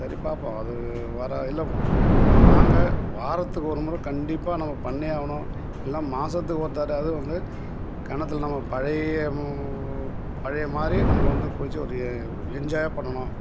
சரி பார்ப்போம் அது வர இல்லை வாங்க வாரத்துக்கு ஒரு முறை கண்டிப்பாக நம்ம பண்ணியே ஆகணும் இல்லை மாதத்துக்கு ஒரு தடவையாவது வந்து கிணத்துல நம்ம பழைய பழைய மாதிரி நம்ம வந்து குளிச்சு ஒரு என்ஜாய் பண்ணணும்